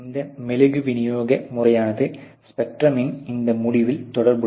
இந்த மெழுகு விநியோக முறையானது ஸ்பெக்ட்ரமின் இந்த முடிவில் தொடர்புடையது